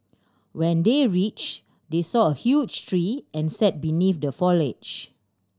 when they reached they saw a huge tree and sat beneath the foliage